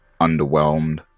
underwhelmed